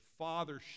Fathership